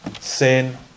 sin